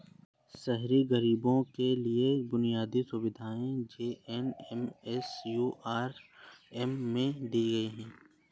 शहरी गरीबों के लिए बुनियादी सुविधाएं जे.एन.एम.यू.आर.एम में दी गई